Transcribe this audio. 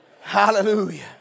Hallelujah